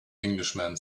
englishman